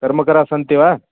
कर्मकराः सन्ति वा